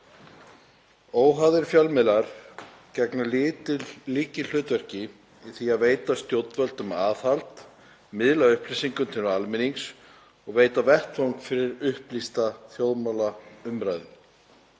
Óháðir fjölmiðlar gegna lykilhlutverki í því að veita stjórnvöldum aðhald, miðla upplýsingum til almennings og veita vettvang fyrir upplýsta þjóðmálaumræðu.